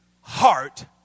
heart